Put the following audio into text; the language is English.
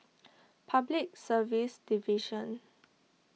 Public Service Division